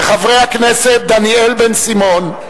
וחברי הכנסת דניאל בן-סימון,